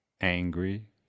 angry